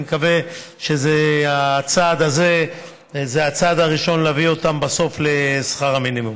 ואני מקווה שהצעד הזה הוא הצעד הראשון להביא אותם בסוף לשכר המינימום,